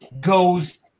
goes